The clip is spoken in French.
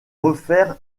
refaire